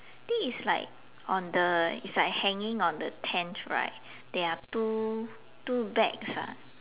think is like on the it's like hanging on the tent right there are two two bags ah